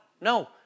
No